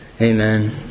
Amen